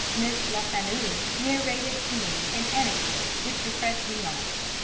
miss lefanu, narrated to me an anecdote which impressed me much.